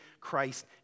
Christ